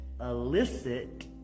illicit